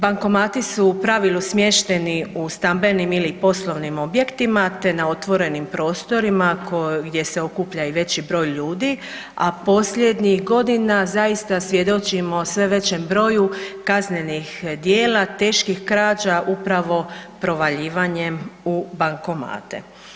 Bankomati su u pravilu smješteni u stambenim ili poslovnim objektima, te na otvorenim prostorima gdje se okuplja i veći broj ljudi a posljednjih godina zaista svjedočimo sve većem broju kaznenih djela teških krađa upravo provaljivanjem u bankomate.